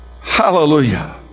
hallelujah